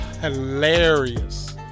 Hilarious